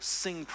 sing